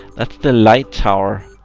that's the light tower